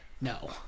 No